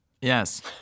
Yes